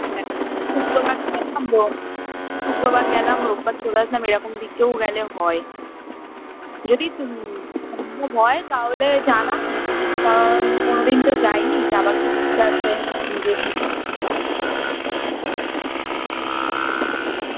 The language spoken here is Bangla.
শুক্রবার গেলাম রো শুক্রবার গেলাম রোববার চলে আসলাম এরকম দিকেও গেলে হয় যদি একটু সম্ভব হয় তাহলে জানাস কোনো দিন তো যাই নি যাবার খুব ইচ্ছা আছে যেদিন